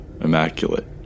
immaculate